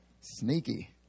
Sneaky